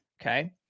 okay